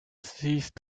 ceased